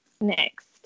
next